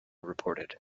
reported